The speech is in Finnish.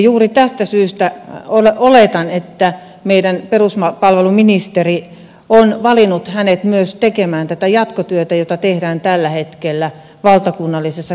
juuri tästä syystä oletan että meidän peruspalveluministerimme on valinnut hänet tekemään myös tätä jatkotyötä jota tehdään tällä hetkellä valtakunnallisessa kehittämisohjelmassa